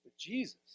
Jesus